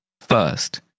first